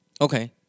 Okay